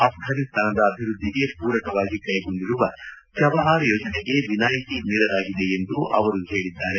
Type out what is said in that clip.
ಆಫ್ರಾನಿಸ್ತಾನದ ಅಭಿವೃದ್ಧಿಗೆ ಪೂರಕವಾಗಿ ಕೈಗೊಂಡಿರುವ ಚಬಹಾರ್ ಯೋಜನೆಗೆ ವಿನಾಯಿತಿ ನೀಡಲಾಗಿದೆ ಎಂದು ಅವರು ಹೇಳಿದ್ದಾರೆ